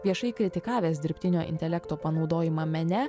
viešai kritikavęs dirbtinio intelekto panaudojimą mene